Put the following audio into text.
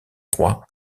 roi